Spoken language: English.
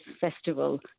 festival